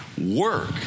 work